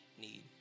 need